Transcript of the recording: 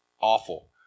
awful